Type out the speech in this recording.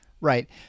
Right